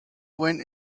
went